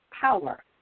power